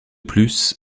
plus